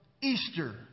Easter